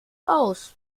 aus